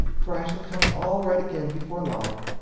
for i shall come all right again before long.